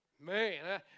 Man